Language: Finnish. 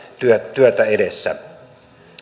työtä edessä